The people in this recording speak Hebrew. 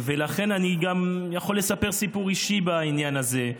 אני יכול לספר סיפור אישי בעניין הזה.